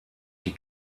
die